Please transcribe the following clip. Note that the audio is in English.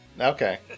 Okay